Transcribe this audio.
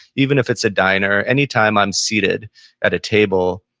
even if it's a diner, anytime on seated at a table,